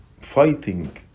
fighting